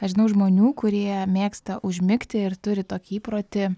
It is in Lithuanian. aš žinau žmonių kurie mėgsta užmigti ir turi tokį įprotį